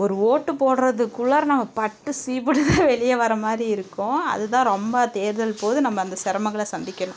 ஒரு ஓட்டு போடுறதுக்குள்ளாற நாங்கள் பட்டு சீப்பட்டு தான் வெளியே வர மாதிரி இருக்கும் அதுதான் ரொம்ப தேர்தல் போது நம்ம அந்த சிரமங்கள சந்திக்கணும்